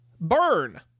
Burn